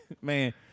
Man